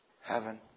heaven